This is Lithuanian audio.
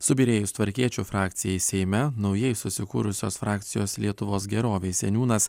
subyrėjus tvarkiečių frakcijai seime naujai susikūrusios frakcijos lietuvos gerovei seniūnas